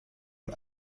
und